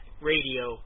radio